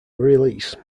release